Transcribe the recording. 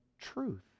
truth